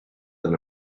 than